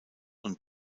und